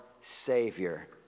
Savior